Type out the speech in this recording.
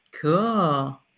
Cool